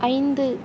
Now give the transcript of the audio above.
ஐந்து